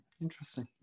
Interesting